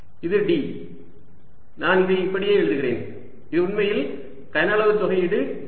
இது d நான் இதை இப்படியே எழுதுகிறேன் இது உண்மையில் கன அளவு தொகையீடு dV